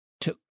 took